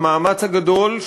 המאמץ הגדול,